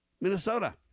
Minnesota